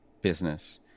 business